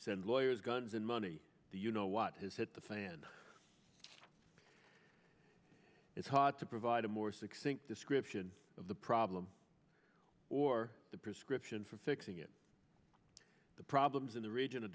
send lawyers guns and money do you know what has hit the fan it's hard to provide a more succinct description of the problem or the prescription for fixing it the problems in the region a